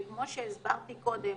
וכמו שהסברתי קודם,